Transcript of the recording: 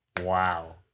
wow